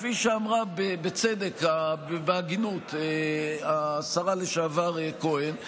כפי שאמרה בצדק ובהגינות השרה לשעבר כהן,